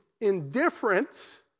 indifference